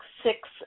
six